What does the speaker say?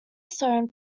sown